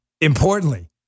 importantly